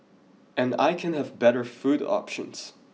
and I can have better food options